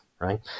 right